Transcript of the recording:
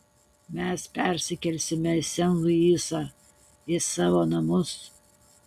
mes persikelsime į sen luisą į savo namus